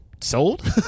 sold